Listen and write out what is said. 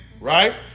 right